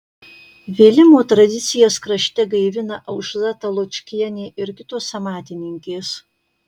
vėlimo tradicijas krašte gaivina aušra taločkienė ir kitos amatininkės